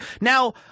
Now